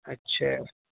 اچھا